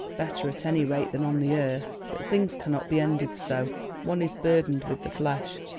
better at any rate than on the earth. but things cannot be ended so one is burdened with the flesh,